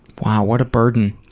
wow, what a burden.